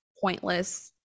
pointless